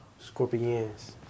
Scorpions